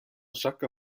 sacca